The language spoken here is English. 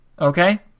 Okay